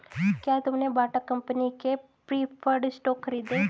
क्या तुमने Bata company के प्रिफर्ड स्टॉक खरीदे?